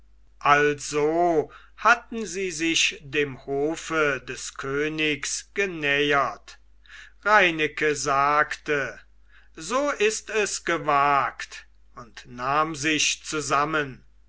also hatten sie sich dem hofe des königs genähert reineke sagte so ist es gewagt und nahm sich zusammen